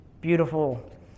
Beautiful